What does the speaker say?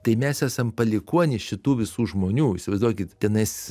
tai mes esam palikuonys šitų visų žmonių įsivaizduokit tenais